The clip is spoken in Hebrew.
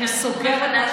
וסוגר את,